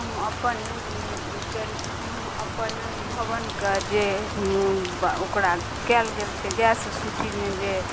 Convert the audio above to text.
हम अपन हम अपन भवनके जे ओकरा कयल गेल छै गैस सूचीमे जे